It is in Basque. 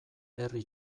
herri